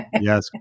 yes